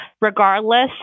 regardless